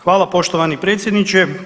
Hvala poštovani predsjedniče.